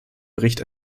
bericht